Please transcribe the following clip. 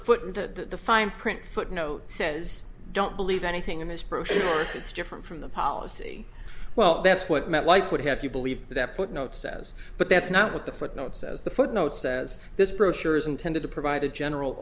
in the fine print footnote says don't believe anything in this procedure it's different from the policy well that's what metlife would have you believe that footnote says but that's not what the footnote says the footnote says this brochure is intended to provide a general